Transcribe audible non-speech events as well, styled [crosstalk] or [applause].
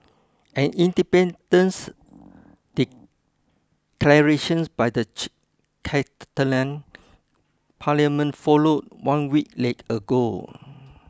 an independence declaration by the [unintelligible] Catalan parliament followed one week [unintelligible] ago